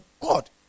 God